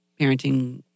parenting